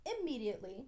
immediately